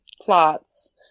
plots